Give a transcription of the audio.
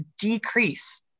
decrease